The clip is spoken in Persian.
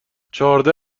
چهارده